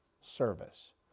service